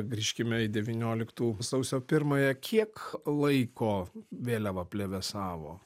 grįžkime į devynioliktų sausio pirmąją kiek laiko vėliava plevėsavo